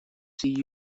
see